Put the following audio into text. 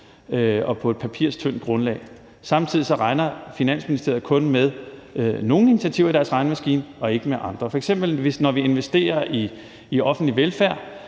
og på et papirtyndt grundlag. Samtidig regner Finansministeriet kun med nogle initiativer i deres regnemaskine og ikke med andre. F.eks. er det jo, når vi investerer i offentlig velfærd